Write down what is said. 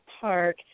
Park